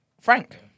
Frank